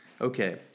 Okay